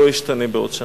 לא ישתנה בעוד שנה.